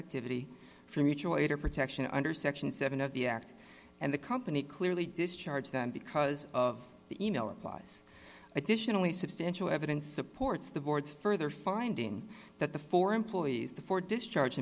activity for mutual aid or protection under section seven of the act and the company clearly discharged them because of the email replies additionally substantial evidence supports the board's further finding that the four employees the four discharged